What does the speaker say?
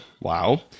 wow